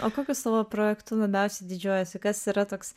o kokiu savo projektu labiausiai didžiuojasi kas yra toks